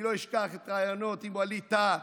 אני לא אשכח את הראיונות עם ווליד טאהא,